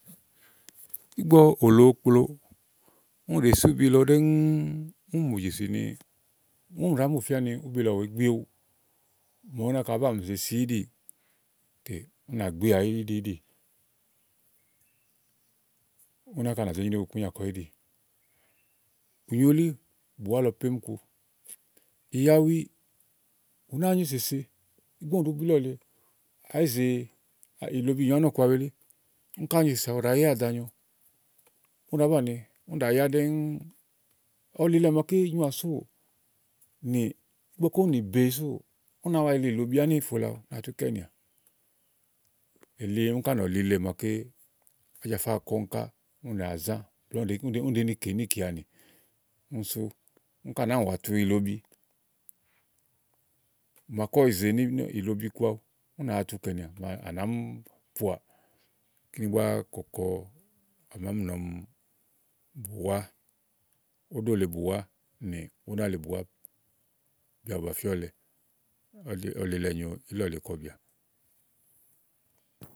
Ìgbɔ òlò òó kplo ùni ɖèe si bùbi lɔ ɖɛ̀ɛ̀ ùni ɖàá mù fìani bùbi lɔ ŋù we gbi éwu màa bùni nàka báà mì ze si ìdì ù nà gbìà íɖi íɖi. Ùni náka nà ze nyrewu ikunyà kɔ íɖi. Ùnyo elí bùwà lɔ plémù ku. Ìyawui ù nàa nyo èsèse ìgbɔ ùni ɖóò bu ílɔleàáyi ze ílobi nyo ànɔ̀ku awu, eli ùni kànyo èsèse awu ɖàá yà wɛ̀ danyo ùna bani ùni ɖàa yà ɖɛ̀ɛ̀ ɔlilɛ maké nyoà súù nì ígbɔké úni nì be sú ù ù náa yili ìlobi ànɔ̀ku awu tu ke nìà éli ùni kà nɔ̀lilɛ màa. AJafà kɔ ùni kà ùni kà ù nàa zà blɛ̀ɛ ùni ɖéni kè níìkeani kíni sù ùni kà náa mì wa tu ìlobi màa ké ɔwɛ yize ilobi ku awu ù nà wa tu kɛ nìà màa à nàá mì poà. Kíni bùà kɔkɔ à màa mì nɔ ni bùwà òɖòle bùwà nì ùnalè bùwà bìa ba fìɔ̀lɛ. Ɔlilɛ nyo ìlɔ̀le kɔ bìà.